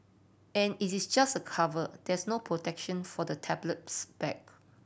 an it is just a cover there's no protection for the tablet's back